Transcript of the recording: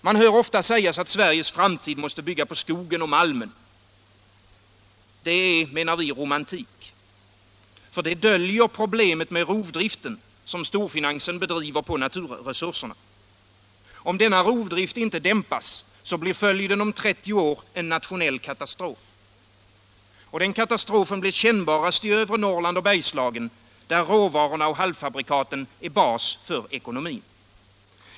Man hör ofta sägas att Sveriges framtid måste bygga på skogen och malmen. Det menar vi är romantik. Det döljer problemet med den rovdrift som storfinansen genomför på naturresurserna. Om denna rovdrift inte dämpas blir följden om 30 år en nationell katastrof. Den blir kännbarast i övre Norrland och Bergslagen, där råvarorna och halvfabrikaten är bas för ekonomin.